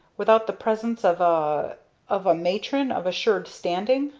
without the presence of a of a matron of assured standing?